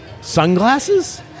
Sunglasses